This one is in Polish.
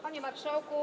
Panie Marszałku!